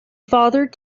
fathered